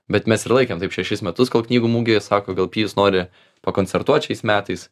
bet mes ir laikėm taip šešis metus kol knygų mugėje sako gal pijus nori pakoncertuot šiais metais